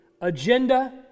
agenda